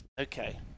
Okay